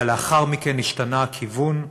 ולאחר מכן השתנה הכיוון.